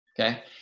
okay